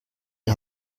die